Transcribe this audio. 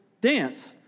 dance